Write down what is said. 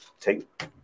take